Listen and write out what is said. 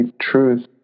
truth